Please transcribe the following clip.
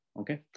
Okay